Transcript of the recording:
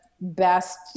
best